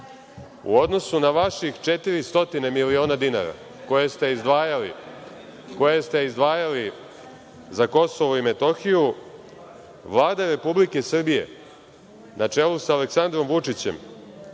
u odnosu na vaših 400 miliona dinara koje ste izdvajali za KiM, Vlada Republike Srbije, na čelu sa Aleksandrom Vučićem,